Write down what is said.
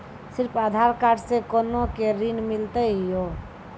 सिर्फ आधार कार्ड से कोना के ऋण मिलते यो?